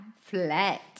Flat